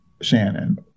Shannon